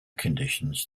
conditions